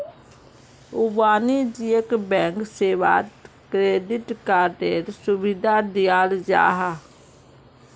वाणिज्यिक बैंक सेवात क्रेडिट कार्डएर सुविधा दियाल जाहा